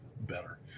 better